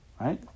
Right